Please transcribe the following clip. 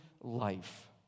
life